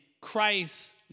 Christ